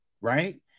right